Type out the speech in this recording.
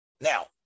now